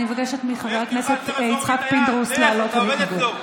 אני מבקשת מחבר הכנסת יצחק פינדרוס לעלות ולהתנגד.